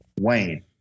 Wayne